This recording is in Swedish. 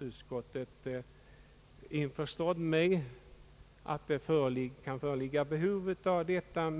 Utskottet är införstått med ait det kan föreligga behov av en professur i samiska kulturen och språket.